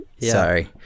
Sorry